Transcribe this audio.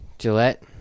Gillette